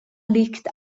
liegt